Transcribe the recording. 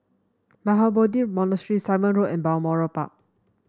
Mahabodhi Monastery Simon Road and Balmoral Park